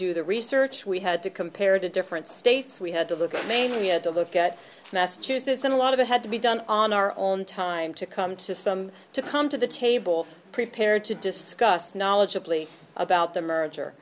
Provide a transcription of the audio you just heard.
do the research we had to compare to different states we had to look at maine we had to look at massachusetts and a lot of it had to be done on our own time to come to some to come to the table prepared to discuss knowledgably about the merger